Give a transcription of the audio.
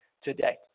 today